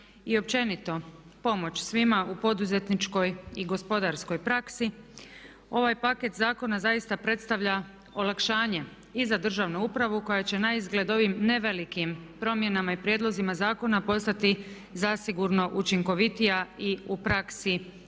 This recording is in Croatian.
i općenito pomoć svima u poduzetničkoj i gospodarskoj praksi. Ovaj paket zakona zaista predstavlja olakšanje i za državnu upravu koja će naizgled ovim ne velikim promjenama i prijedlozima zakona postati zasigurno učinkovitija i u praksi